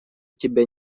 тебя